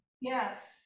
Yes